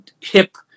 hip